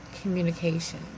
communication